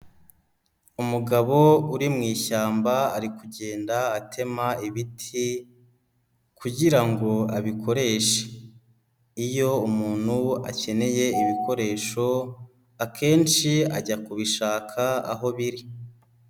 Umugabo uri mu ishyamba ari kugenda atema ibiti kugira ngo abikoreshe, iyo umuntu akeneye ibikoresho akenshi ajya kubishaka aho biri.